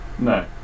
No